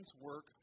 work